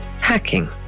Hacking